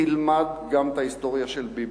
תלמד גם את ההיסטוריה של ביבי,